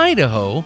Idaho